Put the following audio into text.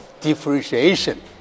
differentiation